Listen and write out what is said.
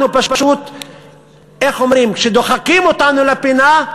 אנחנו, כשדוחקים אותנו לפינה,